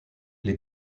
les